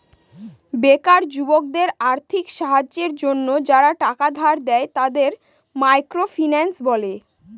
বেকার যুবকদের আর্থিক সাহায্যের জন্য যারা টাকা ধার দেয়, তাদের মাইক্রো ফিন্যান্স বলে